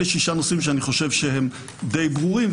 אלה שישה נושאים שאני חושב שהם די ברורים.